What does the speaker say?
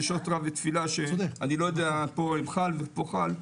של שעות תפילה שאני לא יודע אם פה חל ופה חל,